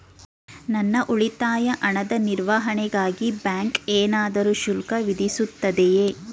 ನನ್ನ ಉಳಿತಾಯ ಹಣದ ನಿರ್ವಹಣೆಗಾಗಿ ಬ್ಯಾಂಕು ಏನಾದರೂ ಶುಲ್ಕ ವಿಧಿಸುತ್ತದೆಯೇ?